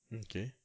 okay